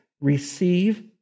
Receive